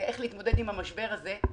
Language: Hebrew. איך להתמודד עם המשבר הזה.